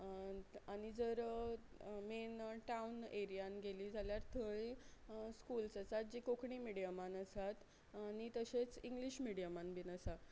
आनी जर main town एरियान गेलीं जाल्यार थंय स्कुल्स आसात जीं कोंकणी मिडयमान आसात आनी तशेंच इंग्लीश मिडयमान बीन आसा